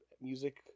music